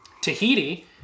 Tahiti